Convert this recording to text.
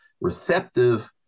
receptive